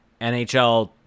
NHL